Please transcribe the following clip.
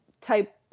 type